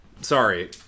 Sorry